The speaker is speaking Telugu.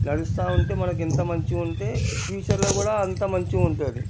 నడుస్తూ ఉంటే మనకి ఎంత మంచిగా ఉంటే ఫ్యూచర్లో కూడా అంత మంచిగా ఉంటుంది